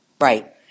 right